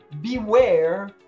beware